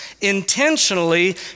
intentionally